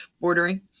bordering